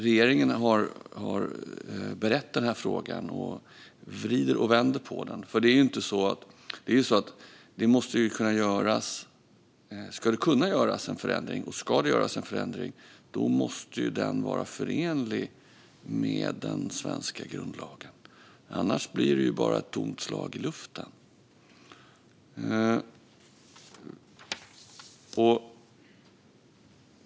Regeringen har berett den här frågan och vrider och vänder på den. Ska det kunna göras en förändring och ska det göras en förändring, då måste den vara förenlig med den svenska grundlagen. Annars blir det bara ett slag i luften.